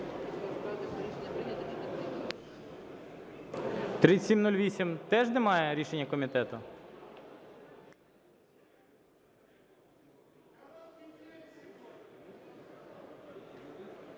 3708 теж немає рішення комітету?